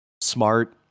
smart